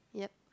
yup